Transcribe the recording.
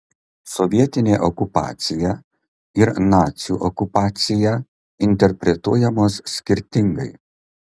sovietinė okupacija ir nacių okupacija interpretuojamos skirtingai